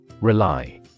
Rely